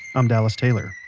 i'm dallas taylor